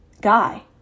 guy